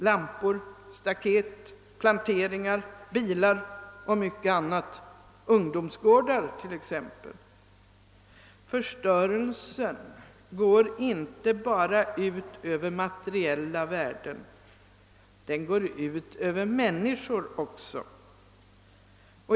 Förstörelsen går inte bara ut över materiella ting som lampor, staket, planteringar, bilar, ungdomsgårdar och mycket annat; den går ut över människor också.